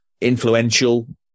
influential